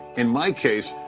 in my case,